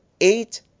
eight